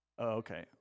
Okay